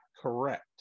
correct